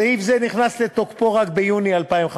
אבל אין שם, סעיף זה נכנס לתוקפו רק ביוני 2015,